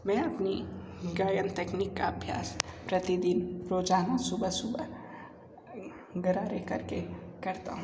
मैं अपनी गायन तकनीक का अभ्यास प्रतिदिन रोज़ाना सुबह सुबह गरारे करके करता हूँ